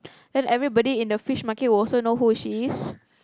then everybody in the Fish Market will also know who is she is